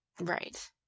right